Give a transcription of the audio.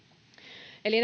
eli